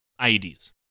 IEDs